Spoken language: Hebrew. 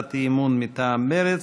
הצעת אי-אמון מטעם מרצ: